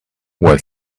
was